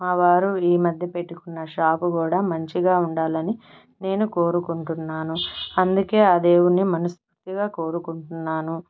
మావారు ఈ మధ్య పెట్టుకున్న షాపు కూడా మంచిగా ఉండాలని నేను కోరుకుంటున్నాను అందుకే ఆ దేవుడిని మనస్ఫూర్తిగా కోరుకుంటున్నాను